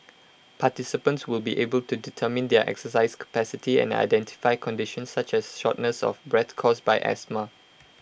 participants will be able to determine their exercise capacity and identify conditions such as shortness of breath caused by asthma